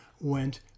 went